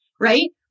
right